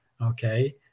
Okay